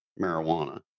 marijuana